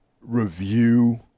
review